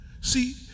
See